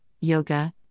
yoga